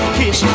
kiss